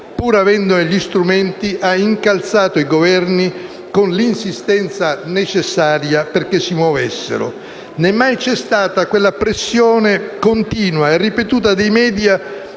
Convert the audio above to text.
pur avendone gli strumenti, ha incalzato i Governi con l'insistenza necessaria perché si muovessero, né mai c'è stata quella pressione continua e ripetuta dei *media*